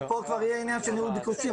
ופה כבר יהיה עניין של ניהול ביקושים.